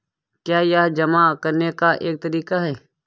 क्या यह जमा करने का एक तरीका है?